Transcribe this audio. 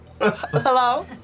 Hello